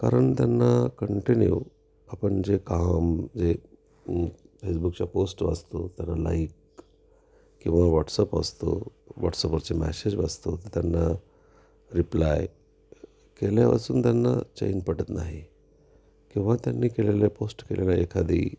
कारण त्यांना कंटिन्यू आपण जे काम जे फेसबुकच्या पोस्ट वाचतो त्याला लाईक किंवा व्हॉट्सअप असतो वॉट्सअपवरचे मॅसेज वाचतो ते त्यांना रिप्लाय केल्यावाचून त्यांना चैन पडत नाही किंवा त्यांनी केलेले पोस्ट केलेला एखादी